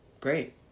Great